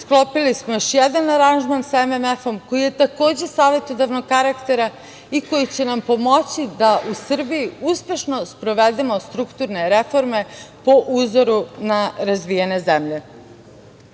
sklopili smo još jedan aranžman sa MMF-om, koji je takođe savetodavnog karaktera i koji će nam pomoći da u Srbiji uspešno sprovedemo strukturne reforme, po uzoru na razvijene